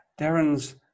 Darren's